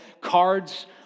cards